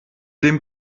dem